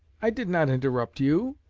i did not interrupt you,